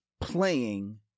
playing